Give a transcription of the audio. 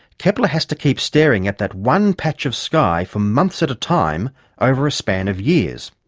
kepler has to keep staring at that one patch of sky for months at a time over a span of years.